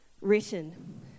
written